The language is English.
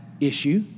issue